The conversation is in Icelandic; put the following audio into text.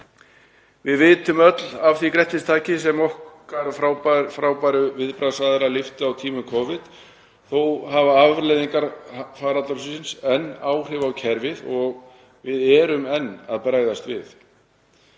Við vitum öll af því grettistaki sem okkar frábæru viðbragðsaðilar lyftu á tímum Covid. Þó hafa afleiðingar faraldursins enn áhrif á kerfið og við erum enn að bregðast við.